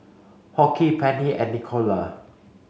Hoke Pennie and Nicola